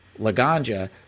Laganja